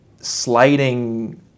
sliding